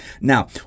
Now